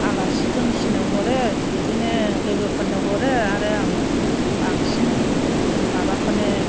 आलासि दोमसिनो हरो बिदिनो लोगोफोरनो हरो आरो आं बांसिन माबाखौनो